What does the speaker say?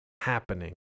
happening